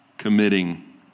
committing